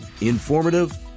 informative